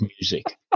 music